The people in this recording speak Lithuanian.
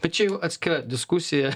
bet čia jau atskira diskusija